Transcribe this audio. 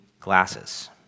glasses